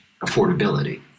affordability